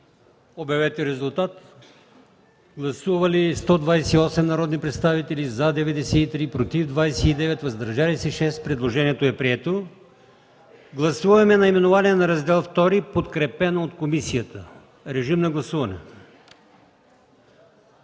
от комисията. Гласували 128 народни представители: за 93, против 29, въздържали се 6. Предложението е прието. Гласуваме наименованието на Раздел ІІ, подкрепено от комисията. Гласували